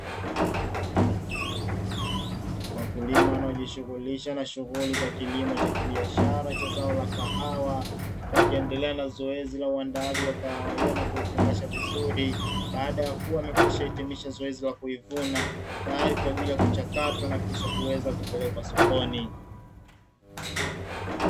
Wakulima wanaojishughulisha na shughuli za kilimo cha kibiashara cha zao la kahawa, wakiendelea na zoezi la uandaaji wa kahawa hiyo na kuifungasha vizuri, baada ya kuwa wamekwisha hitimisha zoezi la kuivuna, tayari kwa ajili ya kuchakatwa na kisha kuweza kupelekwa sokoni.